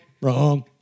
wrong